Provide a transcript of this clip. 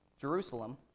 Jerusalem